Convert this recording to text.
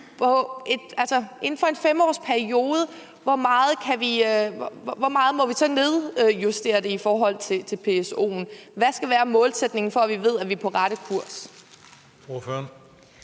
inden for en femårsperiode må nedjustere det i forhold til PSO'en. Hvad skal være målsætningen, for at vi ved, at vi er på rette kurs?